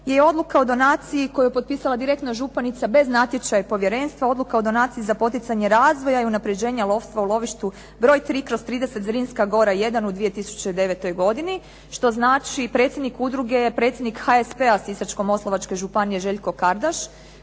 je i odluka o donaciji koju je potpisala direktno županica bez natječaja i povjerenstva, odluka o donaciji za poticanje razvoja i unapređenja lovstva u lovištu broj 3/30 Zrinska Gora 1 u 2009. godini. Što znači predsjednik udruge je predsjednik HSP-a Sisačko-moslavačke županije Željko Kardaš